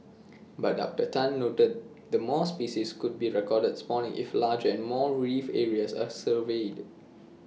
but doctor Tun noted that more species could be recorded spawning if larger and more reef areas are surveyed